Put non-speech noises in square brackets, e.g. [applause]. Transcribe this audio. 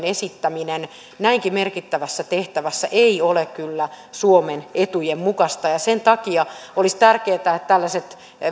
[unintelligible] esittäminen näinkin merkittävässä tehtävässä ei ole kyllä suomen etujen mukaista ja sen takia olisi tärkeää että että tällaiset